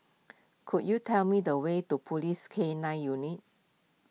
could you tell me the way to Police K nine Unit